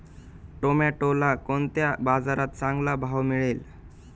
टोमॅटोला कोणत्या बाजारात चांगला भाव मिळेल?